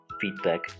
feedback